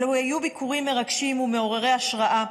אלה היו ביקורים מרגשים ומעוררי השראה,